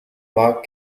mark